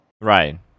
Right